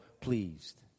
pleased